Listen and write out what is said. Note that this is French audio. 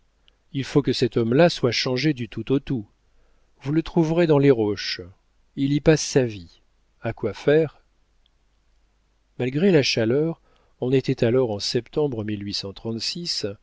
il faut que cet homme-là soit changé du tout au tout vous le trouverez dans les roches il y passe sa vie a quoi faire malgré la chaleur on était alors en septembre